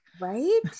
Right